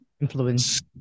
influence